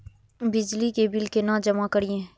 बिजली के बिल केना जमा करिए?